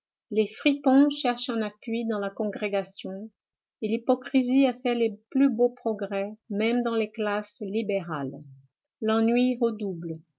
les fripons cherchent un appui dans la congrégation et l'hypocrisie a fait les plus beaux progrès même dans les classes libérales l'ennui redouble